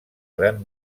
gran